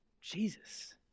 Jesus